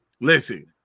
listen